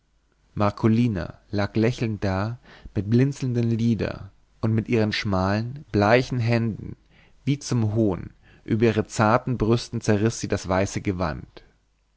marcolina lag lächelnd da mit blinzelnden lidern und mit ihren schmalen bleichen händen wie zum hohn über ihren zarten brüsten zerriß sie das weiße gewand